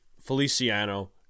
Feliciano